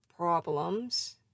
problems